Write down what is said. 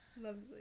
lovely